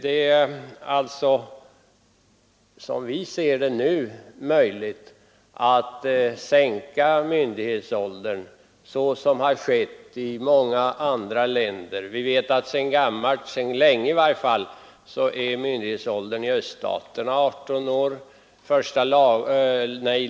Det är som vi ser det nu möjligt att sänka myndighetsåldern — såsom har skett i många andra länder. Vi vet att myndighetsåldern sedan länge är 18 år i öststaterna.